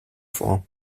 vor